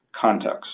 context